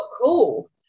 cool